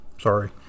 sorry